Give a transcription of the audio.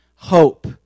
hope